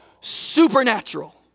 supernatural